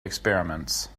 experiments